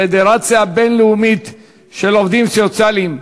הפדרציה הבין-לאומית של עובדים סוציאליים,